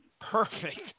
perfect